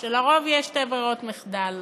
שלרוב יש שתי ברירות מחדל: